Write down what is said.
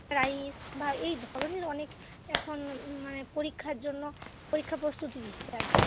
rice বা এই ধরনের অনেক এখন মানে পরীক্ষার জন্য পরীক্ষা প্রস্তুতি নিচ্ছে আর কি